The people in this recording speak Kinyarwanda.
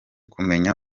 kumenya